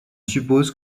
suppose